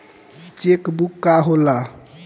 Check book का होला?